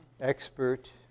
expert